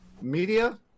media